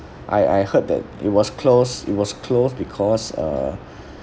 I I heard that it was closed it was closed because uh